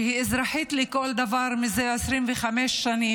שהיא אזרחית לכל דבר מזה 25 שנים,